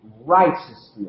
righteousness